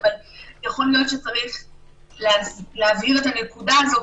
אבל יכול להיות שצריך להבהיר את הנקודה הזאת,